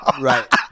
right